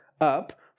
up